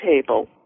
table